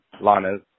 Lana's